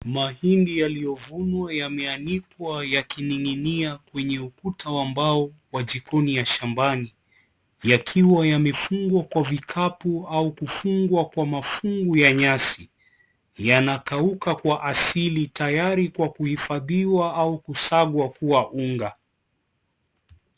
Mahidi yaliyovunwa, yameanikwa yakining'inia kwenye ukuta wa mbao wa jikoni ya shambani. Yakiwa yamefungwa kwa vikapu au kufungwa kwa mafungu ya nyasi. Yanakauka kwa asili tayari kwa kuhifadhiwa au kusagwa kuwa unga.